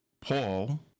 Paul